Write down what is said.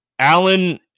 Allen